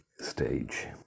stage